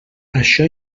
això